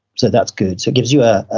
so that's good. so it gives you a, ah